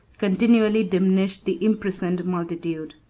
continually diminished the imprisoned multitude.